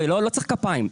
לא צריך כפיים,